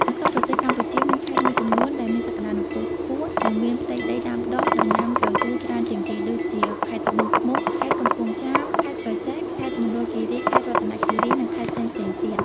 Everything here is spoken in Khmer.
នៅក្នុងប្រទេសកម្ពុជា មានខេត្តមួយចំនួនដែលមានសក្តានុពលខ្ពស់ និងមានផ្ទៃដីដាំដុះដំណាំកៅស៊ូច្រើនជាងគេ ដូចជា ខេត្តត្បូងឃ្មុំ ខេត្តកំពង់ចាម ខេត្តក្រចេះ ខេត្តមណ្ឌលគិរី ខេត្តរតនគិរី និងខេត្តផ្សេងៗទៀត។